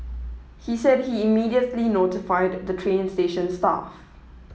he said he immediately notified the train station staff